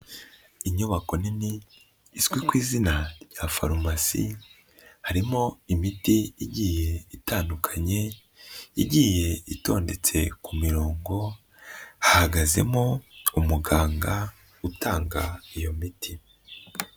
Inyubako nini izwi ku izina rya farumasi, harimo imiti igiye itandukanye igiye itondetse ku mirongo, hahagazemo umuganga utanga iyo miti.